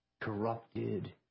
corrupted